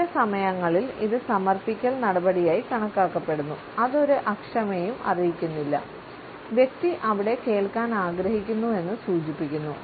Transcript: ചില സമയങ്ങളിൽ ഇത് സമർപ്പിക്കൽ നടപടിയായി കണക്കാക്കപ്പെടുന്നു അത് ഒരു അക്ഷമയും അറിയിക്കുന്നില്ല വ്യക്തി അവിടെ കേൾക്കാൻ ആഗ്രഹിക്കുന്നു എന്ന് സൂചിപ്പിക്കുന്നു